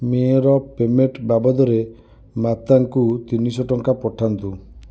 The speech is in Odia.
ମେ'ର ପେମେଣ୍ଟ ବାବଦରେ ମାତାଙ୍କୁ ତିନିଶହ ଟଙ୍କା ପଠାନ୍ତୁ